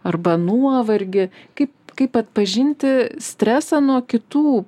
arba nuovargį kaip kaip atpažinti stresą nuo kitų